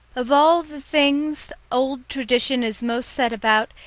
of all the things old tradition is most set about,